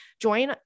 join